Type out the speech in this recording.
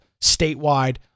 statewide